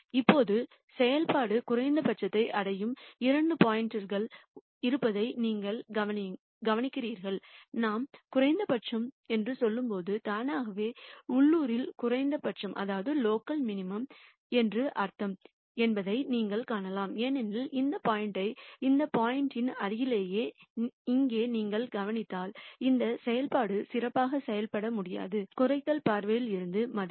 இப்போது செயல்பாடு குறைந்தபட்சத்தை அடையும் இரண்டு பாயிண்ட்கள் இருப்பதை நீங்கள் கவனிக்கிறீர்கள் நாம் குறைந்தபட்சம் என்று சொல்லும்போது தானாகவே உள்ளூரில் குறைந்தபட்சம் என்று அர்த்தம் என்பதை நீங்கள் காணலாம் ஏனெனில் இந்த பாயிண்ட்யை இந்த பாயிண்ட்யின் அருகிலேயே இங்கே நீங்கள் கவனித்தால் இந்த செயல்பாடு சிறப்பாக செயல்பட முடியாது குறைத்தல் பார்வையில் இருந்து மதிப்பு